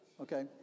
Okay